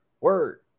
Word